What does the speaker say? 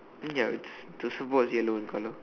ya it's the surfboard yellow in colour